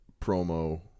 promo